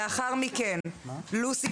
לאחר מכן לוסי